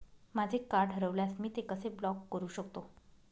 माझे कार्ड हरवल्यास मी ते कसे ब्लॉक करु शकतो?